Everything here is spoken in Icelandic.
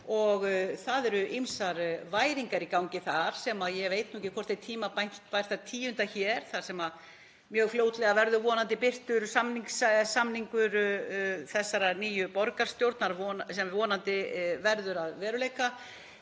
Það eru ýmsar væringar í gangi þar sem ég veit nú ekki hvort er tímabært að tíunda hér þar sem mjög fljótlega verður vonandi birtur samningur þessarar nýju borgarstjórnar sem vonandi verður að veruleika.